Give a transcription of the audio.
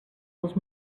els